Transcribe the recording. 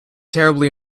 terribly